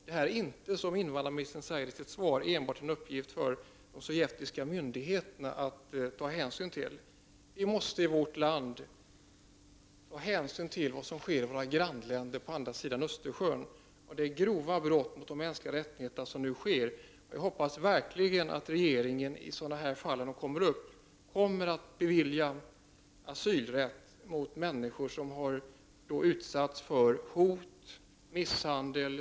Det är inte, som invandrarministern säger i sitt svar, enbart en uppgift för de sovjetiska myndigheterna att ta hänsyn till. Vi måste i vårt land ta hänsyn till vad som sker i våra grannländer på andra sidan Östersjön. Det sker nu grova brott mot de mänskliga rättigheterna. Jag hoppas verkligen att regeringen, när sådana fall kommer upp, kommer att bevilja asyl åt de människor som har utsatts för hot och misshandel.